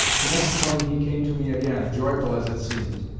the next morning he came to me again, joyful as it seemed,